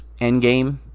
Endgame